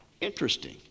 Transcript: Interesting